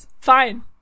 fine